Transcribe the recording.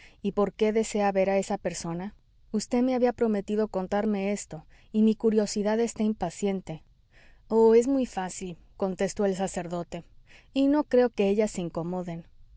y por qué desea ver a esa persona vd me había prometido contarme esto y mi curiosidad está impaciente oh es muy fácil contestó el sacerdote y no creo que ellas se incomoden